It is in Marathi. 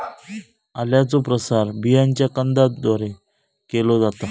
आल्याचो प्रसार बियांच्या कंदाद्वारे केलो जाता